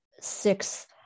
six